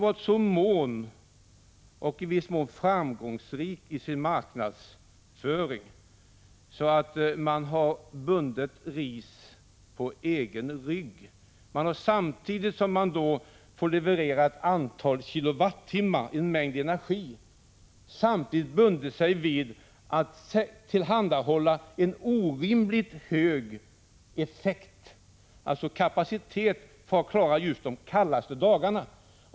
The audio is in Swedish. Kraftbolagen har varit så framgångsrika i sin marknadsföring att man har bundit ris åt egen rygg. Samtidigt som man får leverera ett antal kilowattimmar, en mängd energi, har man bundit sig för att tillhandahålla en orimligt hög effekt, kapacitet, för att klara de kallaste dagarna.